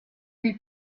lui